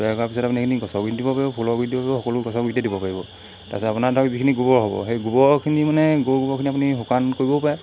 তৈয়াৰ কৰা পিছত আপুনি সেইখিনি গছৰ গুৰিত দিব পাৰিব ফুলৰ গুৰিত দিব পাৰিব সকলো গছৰ গুৰিতেই দিব পাৰিব তাৰপিছত আপোনাৰ ধৰক যিখিনি গোবৰ হ'ব সেই গোবৰখিনি মানে গৰু গোবৰখিনি আপুনি শুকান কৰিবও পাৰে